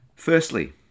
Firstly